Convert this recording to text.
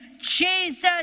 Jesus